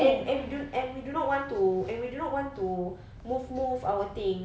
and and and we do not want to we do not want to move move our things